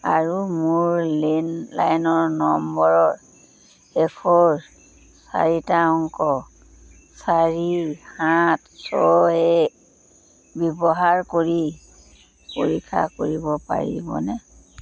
আৰু মোৰ লেণ্ডলাইনৰ নম্বৰৰ শেষৰ চাৰিটা অংক চাৰি সাত ছয় এক ব্যৱহাৰ কৰি পৰীক্ষা কৰিব পাৰিবনে